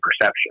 perception